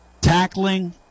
Tackling